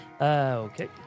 Okay